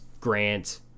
Grant